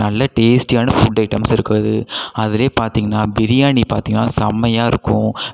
நல்ல டேஸ்டியான food items இருக்குது அதில் பார்த்தீங்கன்னா பிரியாணி பார்த்தீங்கன்னா செம்மையாக இருக்கும்